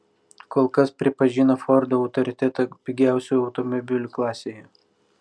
kol kas pripažino fordo autoritetą pigiausių automobilių klasėje